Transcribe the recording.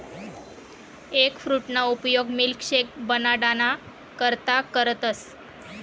एगफ्रूटना उपयोग मिल्कशेक बनाडाना करता करतस